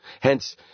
Hence